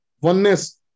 oneness